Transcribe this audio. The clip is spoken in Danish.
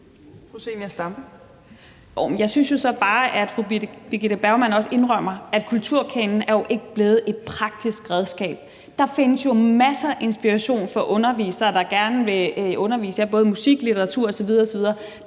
jeg synes jo så bare, at fru Birgitte Bergman også indrømmer, at kulturkanonen ikke er blevet et praktisk redskab. Der findes jo masser af inspiration for undervisere, der gerne vil undervise i både musik, litteratur osv. osv.